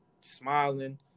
smiling